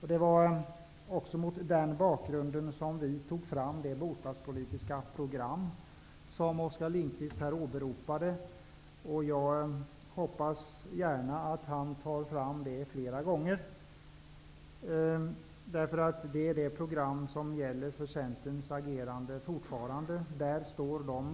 Det var också mot den bakgrunden som vi tog fram det bostadspolitiska program som Oskar Lindkvist åberopade. Jag hoppas gärna att han tar fram det flera gånger. Därför att det programmet gäller fortfarande för Centerns agerande.